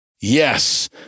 Yes